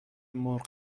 مرغ